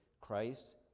Christ